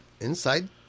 inside